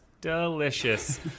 Delicious